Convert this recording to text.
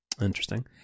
Interesting